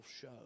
show